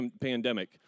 pandemic